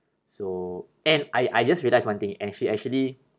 so and I I just realised one thing and she actually